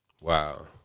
Wow